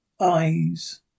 eyes